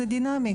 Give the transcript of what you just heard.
זה דינמי,